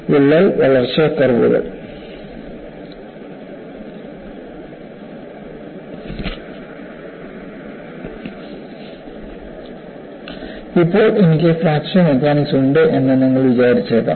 വിള്ളൽ വളർച്ച കർവുകൾ ഇപ്പോൾ എനിക്ക് ഫ്രാക്ചർ മെക്കാനിക്സ് ഉണ്ട് എന്ന് നിങ്ങൾ വിചാരിച്ചേക്കാം